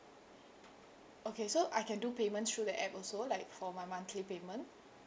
okay so I can do payment through the app also like for my monthly payment